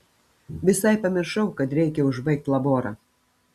visai pamiršau kad reikia užbaigt laborą